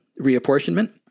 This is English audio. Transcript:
reapportionment